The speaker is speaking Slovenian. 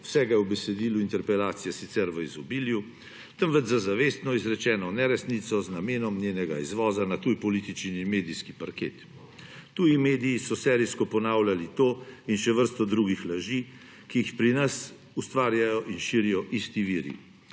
vsega je v besedilu interpelacije sicer v izobilju, temveč za zavestno izrečeno neresnico z namenom njenega izvoza na tuj politični in medijski parket. Tuji mediji so serijsko ponavljali to in še vrsto drugih laži, ki jih pri nas ustvarjajo in širijo isti viri.